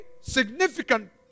significant